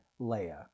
Leia